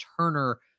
Turner